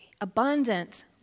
abundant